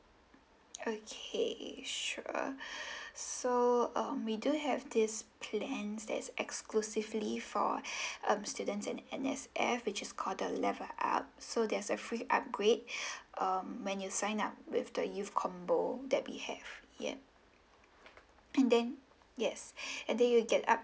okay sure so um we do have these plans that's exclusively for um students and the N_S_F which is call the level up so there's a free upgrade um when you sign up with the youth combo that we have yup and then yes and then you get up